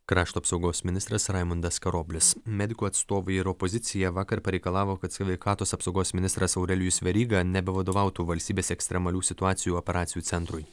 krašto apsaugos ministras raimundas karoblis medikų atstovai ir opozicija vakar pareikalavo kad sveikatos apsaugos ministras aurelijus veryga nebevadovautų valstybės ekstremalių situacijų operacijų centrui